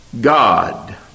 God